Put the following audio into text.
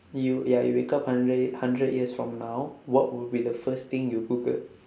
you ya you wake up hundred hundred years from now what would be the first thing you google